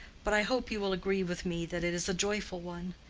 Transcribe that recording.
but i hope you will agree with me that it is a joyful one.